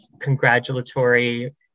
congratulatory